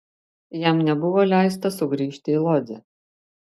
jam nebuvo leista sugrįžti į lodzę